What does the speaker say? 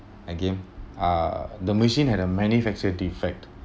again uh the machine had a manufacture defect